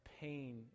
pain